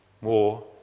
More